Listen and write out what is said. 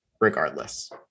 regardless